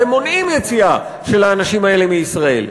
אתם מונעים יציאה של האנשים האלה מישראל.